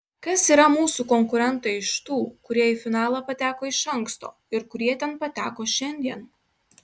kas yra mūsų konkurentai iš tų kurie į finalą pateko iš anksto ir kurie ten pateko šiandien